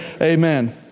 Amen